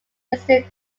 listed